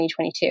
2022